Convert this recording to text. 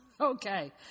Okay